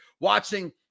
Watching